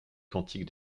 quantique